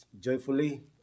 joyfully